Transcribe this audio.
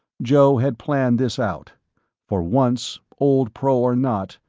joe had planned this out for once, old pro or not,